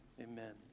Amen